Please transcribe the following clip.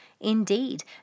Indeed